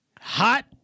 hot